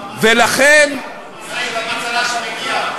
המשאית עם הצל"שים מגיעה.